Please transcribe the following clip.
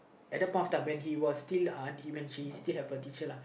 at that point of time when he was still uh when she still have a teacher uh